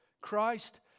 Christ